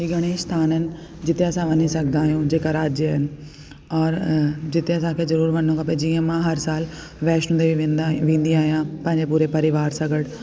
हूअ घणे ई स्थानु आहिनि जिते असां वञी सघंदा आहियूं जेका राज्य आहिनि और जिते असांखे ज़रूर वञिणो खपे जीअं मां हर साल वैष्णोदेवी वेंदा आहियूं वेंदी आहियां पंहिंजे पूरे परिवार सां गॾु